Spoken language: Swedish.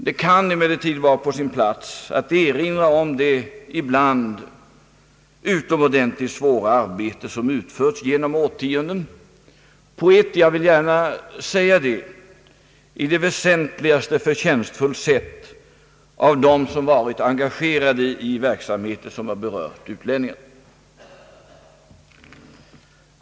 Det kan emel lertid vara på sin plats att erinra om det ibland utomordentligt svåra arbete som utförts genom årtionden på ett — jag vill gärna säga det — i det väsentligaste förtjänstfullt sätt av dem som varit engagerade i verksamheter som har berört utlänningar.